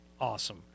awesome